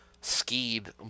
skied